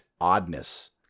oddness